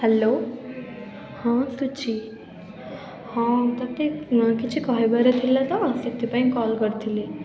hello ହଁ ସୂଚୀ ହଁ ତୋତେ ନୂଆ କିଛି କହିବାର ଥିଲା ତ ସେଥିପାଇଁ କଲ୍ କରିଥିଲି